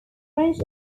french